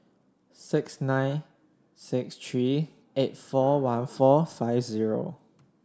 six nine six three eight four one four five zero